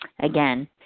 again